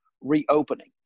reopening